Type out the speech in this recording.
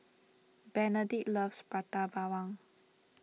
Benedict loves Prata Bawang